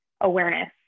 awareness